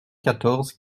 quatorze